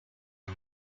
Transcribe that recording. him